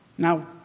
Now